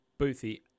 Boothie